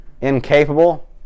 Incapable